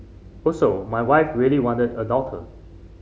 also my wife really wanted a daughter